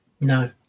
No